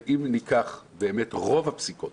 רוב הפסיקות,